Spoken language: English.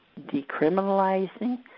decriminalizing